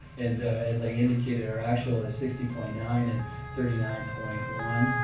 and as i indicated our actual is sixty point nine and thirty nine point one.